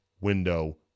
window